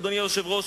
אדוני היושב-ראש,